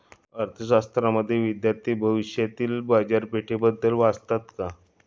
अर्थशास्त्राचे विद्यार्थी भविष्यातील बाजारपेठेबद्दल वाचतात का?